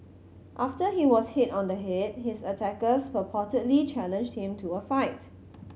after he was hit on the head his attackers purportedly challenged him to a fight